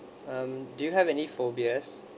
um do you have any phobias